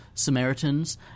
samaritans